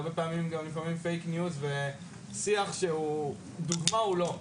הרבה פעמים גם לפעמים פייק ניוז ושיח שדוגמה הוא לא,